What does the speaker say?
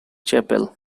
chapel